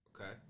Okay